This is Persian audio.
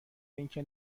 اینکه